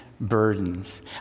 burdens